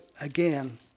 again